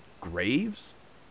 Graves